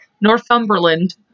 Northumberland